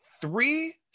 three